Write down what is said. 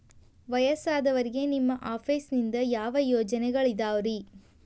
ವಯಸ್ಸಾದವರಿಗೆ ನಿಮ್ಮ ಆಫೇಸ್ ನಿಂದ ಯಾವ ಯೋಜನೆಗಳಿದಾವ್ರಿ?